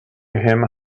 him